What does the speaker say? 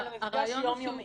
אלא מפגש יום-יומי.